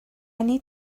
need